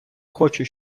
хочу